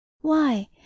Why